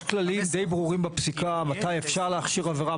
יש כללים די ברורים בפסיקה מתי אפשר להכשיר עבירה,